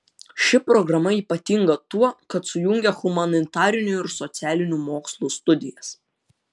ši programa ypatinga tuo kad sujungia humanitarinių ir socialinių mokslų studijas